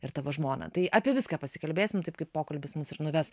ir tavo žmoną tai apie viską pasikalbėsim taip kaip pokalbis mus ir nuves